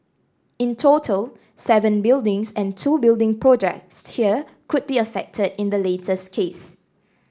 in total seven buildings and two building projects here could be affected in the latest case